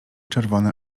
czerwone